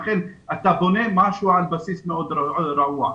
לכן אתה בונה משהו על בסיס מאוד רעוע.